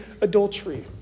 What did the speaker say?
adultery